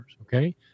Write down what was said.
okay